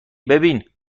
ببین